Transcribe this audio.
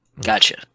Gotcha